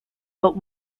but